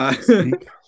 Speak